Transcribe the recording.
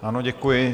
Ano, děkuji.